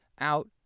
out